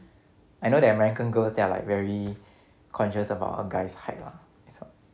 I know the american girls they are like very conscious about a guy's height lah